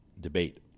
debate